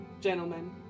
gentlemen